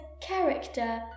character